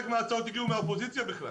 מההצעות הגיעו בכלל מהאופוזיציה.